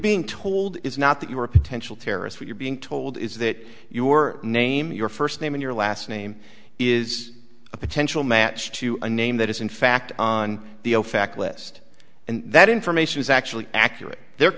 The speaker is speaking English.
being told it's not that you're a potential terrorist but you're being told is that your name your first name and your last name is a potential match to a name that is in fact on the ofac list and that information is actually accurate there